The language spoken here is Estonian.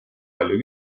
palju